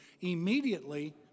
immediately